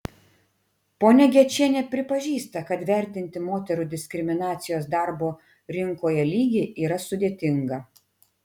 ponia gečienė pripažįsta kad vertinti moterų diskriminacijos darbo rinkoje lygį yra sudėtinga